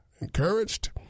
encouraged